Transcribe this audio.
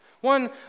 one